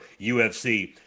UFC